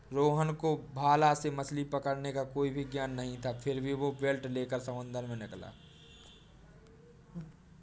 रोहन को भाला से मछली पकड़ने का कोई भी ज्ञान नहीं था फिर भी वो बोट लेकर समंदर में निकला